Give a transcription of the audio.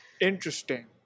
interesting